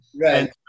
Right